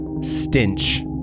stench